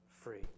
free